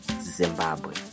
Zimbabwe